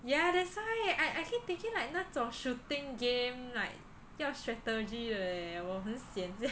ya that's why I I keep thinking like 那种 shooting game night 要 strategy leh 我很 sian 的